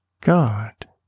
God